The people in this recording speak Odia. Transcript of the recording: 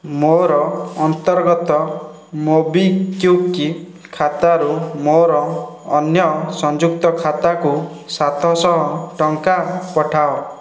ମୋର ଅନ୍ତର୍ଗତ ମୋବିକ୍ଵିକ୍ ଖାତାରୁ ମୋର ଅନ୍ୟ ସଂଯୁକ୍ତ ଖାତାକୁ ସାତଶହ ଟଙ୍କା ପଠାଅ